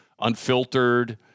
unfiltered